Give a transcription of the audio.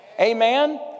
Amen